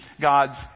God's